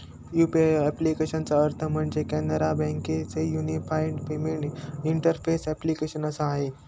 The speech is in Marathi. यु.पी.आय ॲप्लिकेशनचा अर्थ म्हणजे, कॅनरा बँके च युनिफाईड पेमेंट इंटरफेस ॲप्लीकेशन असा आहे